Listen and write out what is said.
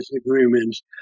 disagreements